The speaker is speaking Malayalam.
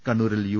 കണ്ണൂരിൽ യു